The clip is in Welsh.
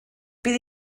bydd